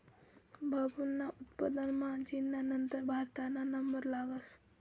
बांबूना उत्पादनमा चीनना नंतर भारतना नंबर लागस